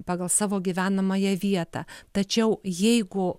pagal savo gyvenamąją vietą tačiau jeigu